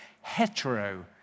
Hetero